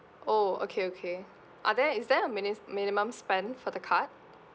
oh okay okay are there is there a mini~ minimum spend for the card